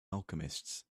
alchemists